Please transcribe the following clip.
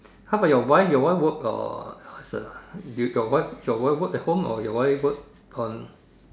how about your wife your wife work or what' the your wife your wife work at home or you wife work on